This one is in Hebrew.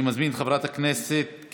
הצעות דחופות לסדר-היום מס' 265 ו-269.